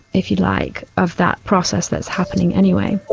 if you like, of that process that's happening anyway.